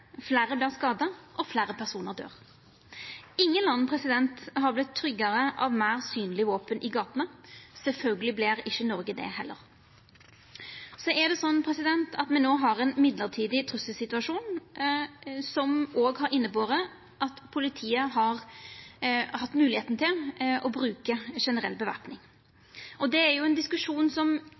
fleire vert skadde, og fleire personar døyr. Ingen land har vorte tryggare av meir synlege våpen i gatene. Sjølvsagt vert ikkje Noreg det heller. Så er det slik at me no har ein mellombels trusselsituasjon, som òg har innebore at politiet har hatt høve til å bruka generell bevæpning. Det er ein diskusjon som